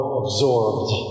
absorbed